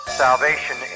salvation